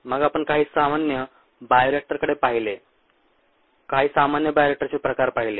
मग आपण काही सामान्य बायोरिएक्टरकडे पाहिले काही सामान्य बायोरिएक्टरचे प्रकार पाहिले